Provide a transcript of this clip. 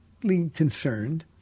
concerned